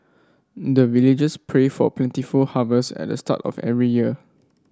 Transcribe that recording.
the villagers pray for plentiful harvest at the start of every year